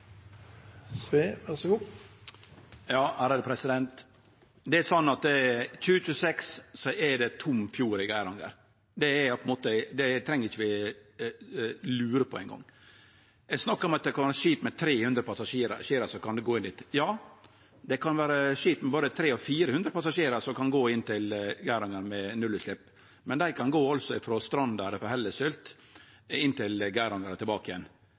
er det tom fjord i Geiranger. Det treng vi ikkje lure på eingong. Ein snakkar om at ein kan ha skip med 300 passasjerar som går inn dit. Ja, det kan vere skip med både 300 og 400 passasjerar som går inn til Geiranger med nullutslepp, men dei kan altså gå frå Stranda eller frå Hellesylt inn til Geiranger og tilbake.